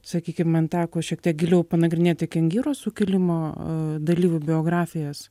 sakykim man teko šiek tiek giliau panagrinėti kengiro sukilimo dalyvių biografijas